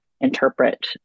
interpret